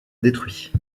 détruit